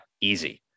easy